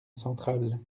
centrale